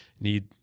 need